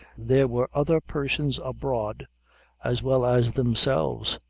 there were other persons abroad as well as themselves,